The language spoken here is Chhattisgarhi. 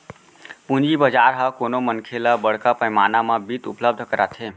पूंजी बजार ह कोनो मनखे ल बड़का पैमाना म बित्त उपलब्ध कराथे